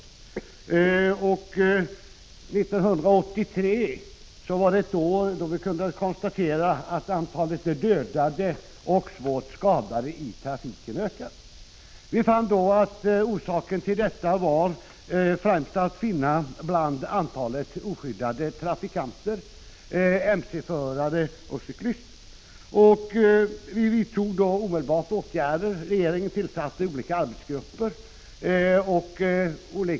1983 kunde vi konstatera att antalet dödade och svårt skadade i trafiken hade ökat. Orsaken till detta var främst att finna i en ökning av antalet skadade och dödade oskyddade trafikanter, MC-förare och cyklister. Vi vidtog omedelbart åtgärder, och regeringen tillsatte olika arbetsgrupper.